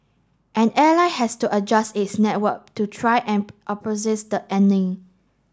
an airline has to adjust its network to try and the earning